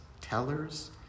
tellers